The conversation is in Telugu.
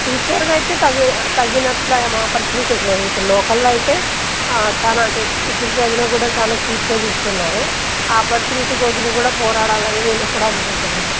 టీచర్గా అయితే తగిన తగినట్లు ఆపర్చునిటీస్లేదు ఇప్పుడు లోకల్లో అయితే చాలా అంటే టిక్కీస్ అడిగినా కూడా చాలా చీప్గా చూస్తున్నారు ఆపర్చునిటీ కోసం కూడా పోరాడాలని నేను ఎప్పుడు అనుకుంటున్నాను